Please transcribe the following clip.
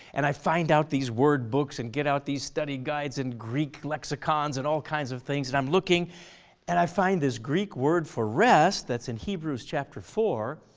and i find out these wordbooks and get out these study guides and greek lexicons and all kinds of things and i'm looking and i find this greek word for rest that's in hebrews yeah four.